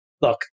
look